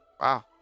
wow